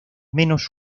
menos